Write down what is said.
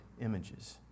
images